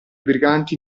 briganti